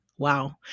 Wow